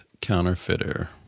counterfeiter